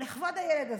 לכבוד הילד הזה.